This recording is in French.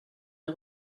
est